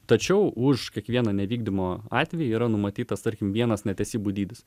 tačiau už kiekvieną nevykdymo atvejį yra numatytas tarkim vienas netesybų dydis